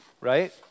right